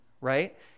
Right